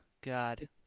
God